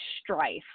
strife